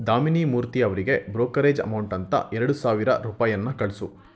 ದಾಮಿನಿ ಮೂರ್ತಿ ಅವರಿಗೆ brokerage amount ಅಂತ ಎರಡು ಸಾವಿರ ರೂಪಾಯಿಯನ್ನ ಕಳಿಸು